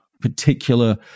particular